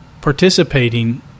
participating